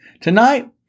Tonight